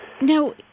Now